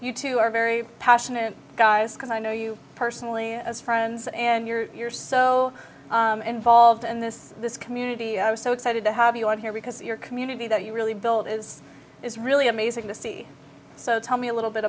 you two are very passionate guys because i know you personally as friends and you're so involved in this this community i was so excited to have you on here because your community that you really built is is really amazing to see so tell me a little bit